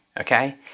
okay